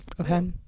okay